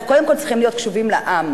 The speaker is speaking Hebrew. אנחנו קודם כול צריכים להיות קשובים לעם,